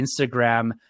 Instagram